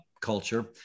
culture